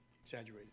Exaggerated